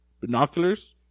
Binoculars